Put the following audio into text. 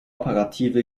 operative